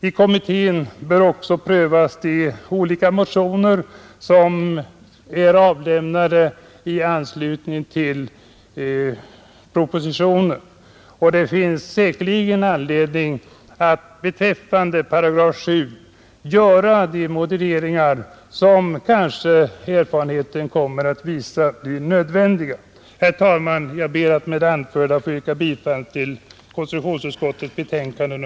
I kommittén bör också prövas de olika motioner som avlämnats i anslutning till propositionen, och det finns säkerligen anledning att beträffande § 7 överväga de modifieringar som erfarenheten kanske kommer att nödvändiggöra. Herr talman! Med det anförda ber jag att få yrka bifall till konstitutionsutskottets hemställan.